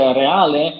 reale